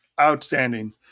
outstanding